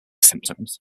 symptoms